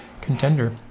contender